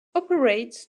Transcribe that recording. operates